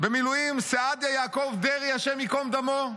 במילואים סעדיה יעקב דרעי, השם ייקום דמו,